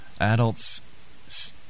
adults